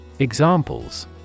Examples